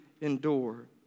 endure